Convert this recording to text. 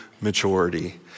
maturity